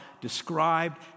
described